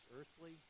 earthly